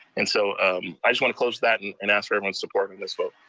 and so i just wanna close that and and ask for everyone's support in this vote.